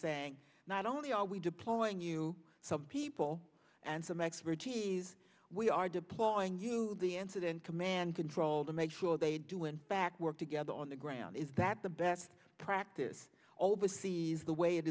saying not only are we deploying you some people and some expertise we are deploying the answered in command control to make sure they do in fact work together on the ground is that the best practice overseas the way it